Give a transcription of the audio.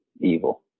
evil